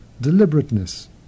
deliberateness